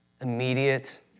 immediate